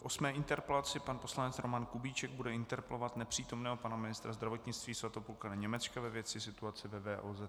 V osmé interpelaci pan poslanec Roman Kubíček bude interpelovat nepřítomného pana ministra zdravotnictví Svatopluka Němečka ve věci situaci ve VOZP.